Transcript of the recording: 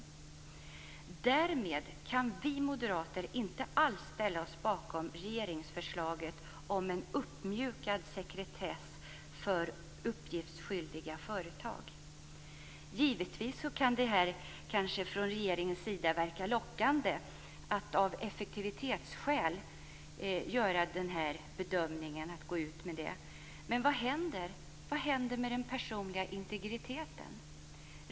Däremot kan vi moderater inte ställa oss bakom regeringsförslaget som uppmjukad sekretess för uppgiftsskyldiga företag. Givetvis kan regeringens förslag kanske verka lockande av effektivitetsskäl, men vad händer med den personliga integriteten?